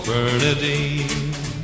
Bernadine